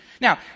Now